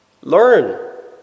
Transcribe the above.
Learn